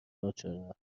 ناچارا